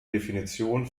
definition